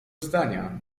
zdania